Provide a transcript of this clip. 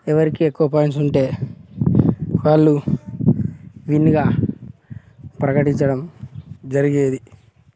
ఎవరికి ఎక్కువ పాయింట్స్ ఉంటే వాళ్ళు విన్గా ప్రకటించడం జరిగేది